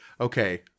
okay